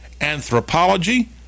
anthropology